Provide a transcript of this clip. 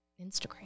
instagram